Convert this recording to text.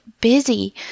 busy